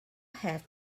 have